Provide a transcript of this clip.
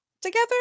together